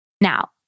Now